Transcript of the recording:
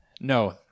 No